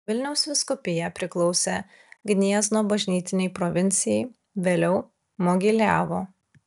vilniaus vyskupija priklausė gniezno bažnytinei provincijai vėliau mogiliavo